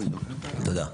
תודה.